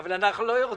אבל אנחנו לא יורדים.